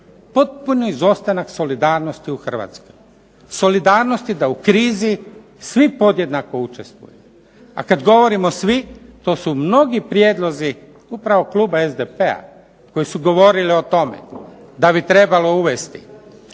potpuni izostanak solidarnosti u Hrvatskoj. Solidarnosti da u krizi svi podjednako učestvuju. A kad govorimo svi to su mnogi prijedlozi upravo kluba SDP-a koji su govorili o tome da bi trebalo uvest